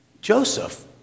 Joseph